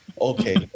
Okay